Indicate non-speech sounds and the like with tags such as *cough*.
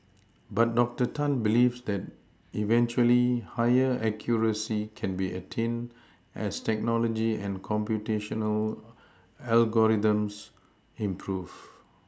but doctor Tan believes that eventually higher accuracy can be attained as technology and computational *hesitation* algorithms improve